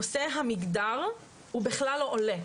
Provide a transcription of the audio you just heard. נושא המגדר הוא בכלל לא עולה.